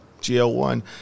GL1